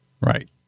right